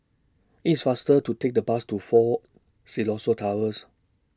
It's faster to Take The Bus to Fort Siloso Tours